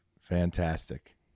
Fantastic